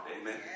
Amen